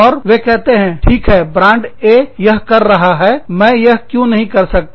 और वे कहते हैं ठीक है ब्रांड A यह कर रहा है मैं यह क्यों नहीं कर सकता